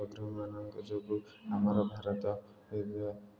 ସଂଗ୍ରାମୀ ମାନଙ୍କ ଯୋଗୁଁ ଆମର ଭାରତ